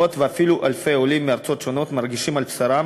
מאות ואפילו אלפי עולים מארצות שונות מרגישים על בשרם